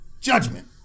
judgment